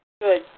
Good